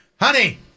honey